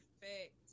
perfect